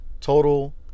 total